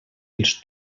els